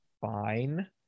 fine